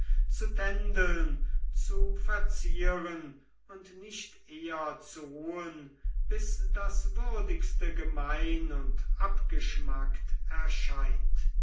zu tändeln zu verzieren und nicht eher zu ruhen bis das würdigste gemein und abgeschmackt erscheint